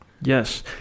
Yes